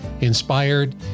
inspired